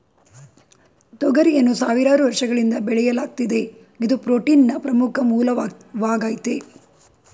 ತೊಗರಿಯನ್ನು ಸಾವಿರಾರು ವರ್ಷಗಳಿಂದ ಬೆಳೆಯಲಾಗ್ತಿದೆ ಇದು ಪ್ರೋಟೀನ್ನ ಪ್ರಮುಖ ಮೂಲವಾಗಾಯ್ತೆ